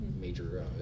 major